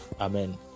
Amen